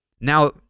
Now